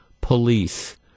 police